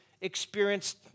experienced